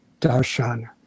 darshan